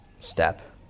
step